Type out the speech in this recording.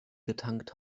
getankt